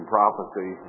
Prophecy